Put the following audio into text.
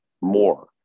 more